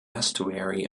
estuary